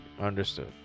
Understood